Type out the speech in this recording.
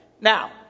now